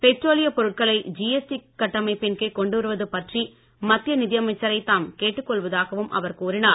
பெட்ரோலியப் பொருட்களை ஜிஎஸ்டி கட்டமைப்பின் கீழ் கொண்டு வருவது பற்றி மத்திய நிதியமைச்சரை தாம் கேட்டுக் கொள்வதாகவும் அவர் கூறினார்